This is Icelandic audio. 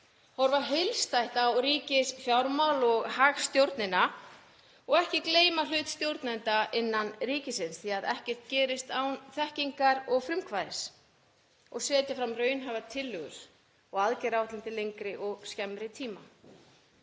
horfa heildstætt á ríkisfjármál og hagstjórnina og ekki gleyma hlut stjórnenda innan ríkisins, því að ekkert gerist án þekkingar og frumkvæðis, og setja fram raunhæfar tillögur og aðgerðaáætlun til lengri og skemmri tíma.